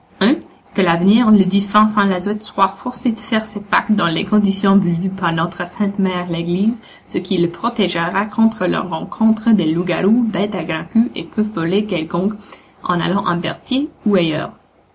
qu'à l'avenir le dit fanfan lazette soit forcé de faire ses pâques dans les conditions voulues par notre sainte mère l'église ce qui le protégera contre la rencontre des loups-garous bêtes à grand'queue et feux follets quelconques en allant à berthier ou ailleurs